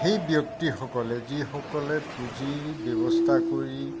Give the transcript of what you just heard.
সেই ব্যক্তিসকলে যিসকলে পুঁজিৰ ব্যৱস্থা কৰি